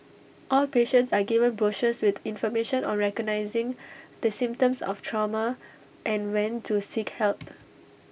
all patients are given brochures with information on recognising the symptoms of trauma and when to seek help